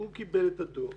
הוא קיבל את הדוח